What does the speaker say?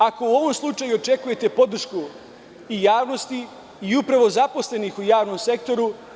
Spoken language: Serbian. Ako u ovom slučaju očekujete podršku i javnosti i zaposlenih u javnom sektoru…